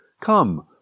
Come